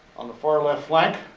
on the far left flank,